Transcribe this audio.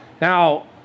Now